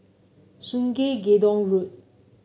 Sungei Gedong Road